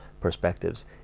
perspectives